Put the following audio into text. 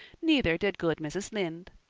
neither did good mrs. lynde.